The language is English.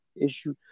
issue